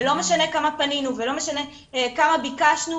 ולא משנה כמה פנינו וכמה ביקשנו,